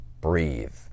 breathe